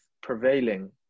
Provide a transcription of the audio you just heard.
prevailing